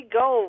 go